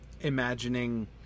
imagining